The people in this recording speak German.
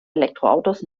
elektroautos